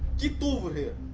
get over here!